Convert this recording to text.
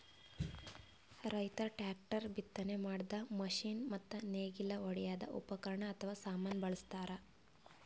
ರೈತರ್ ಟ್ರ್ಯಾಕ್ಟರ್, ಬಿತ್ತನೆ ಮಾಡದ್ದ್ ಮಷಿನ್ ಮತ್ತ್ ನೇಗಿಲ್ ಹೊಡ್ಯದ್ ಉಪಕರಣ್ ಅಥವಾ ಸಾಮಾನ್ ಬಳಸ್ತಾರ್